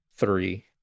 three